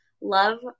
love